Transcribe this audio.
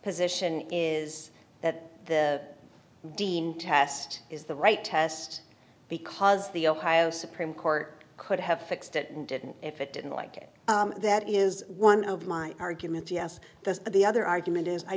position is that the dean test is the right test because the ohio supreme court could have fixed it and didn't if it didn't like it that is one of my arguments yes that's the other argument is i